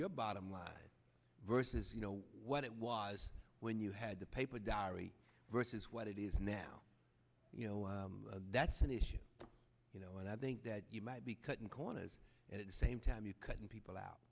your bottom line versus you know what it was when you had the paper diary versus what it is now you know that's an issue you know when i think that you might be cutting corners at the same time you're cutting people out